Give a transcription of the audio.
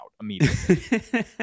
immediately